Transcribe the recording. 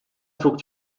çok